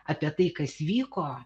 apie tai kas vyko